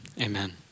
amen